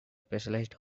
specialized